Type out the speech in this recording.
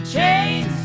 Chains